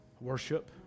worship